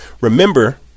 Remember